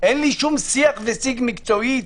אין לי שום שיח ושיג מקצועי איתם.